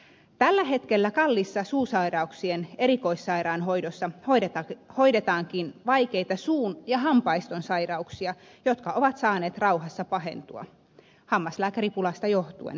tällä hetkellä kalliissa suusairauksien erikoissairaanhoidossa hoidetaankin vaikeita suun ja hampaiston sairauksia jotka ovat saaneet rauhassa pahentua hammaslääkäripulasta johtuen